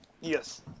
Yes